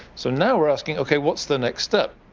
so now we're asking, okay, what's the next step?